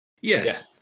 Yes